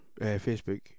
Facebook